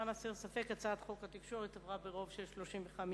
למען הסר ספק, הצעת חוק התקשורת עברה ברוב של 35,